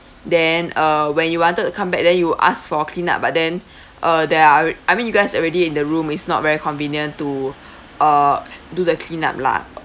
then uh when you wanted to come back then you ask for clean up but then uh there are uh I mean you guys already in the room it's not very convenient to uh do the clean up lah